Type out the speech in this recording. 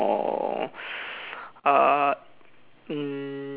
uh mm